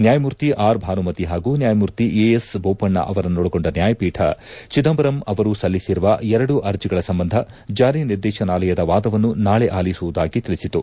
ನ್ಲಾಯಮೂರ್ತಿ R Bhanumati ಹಾಗೂ ನ್ನಾಯಮೂರ್ತಿ A S Bopanna ಅವರನ್ನೊಳಗೊಂಡ ನ್ನಾಯಪೀಠ ಚಿದಂಬರಂ ಅವರು ಸಲ್ಲಿಸಿರುವ ಎರಡು ಅರ್ಜಿಗಳ ಸಂಬಂಧ ಜಾರಿನಿರ್ದೇಶನಾಲಯದ ವಾದವನ್ನು ನಾಳೆ ಆಲಿಸುವುದಾಗಿ ತಿಳಿಸಿತು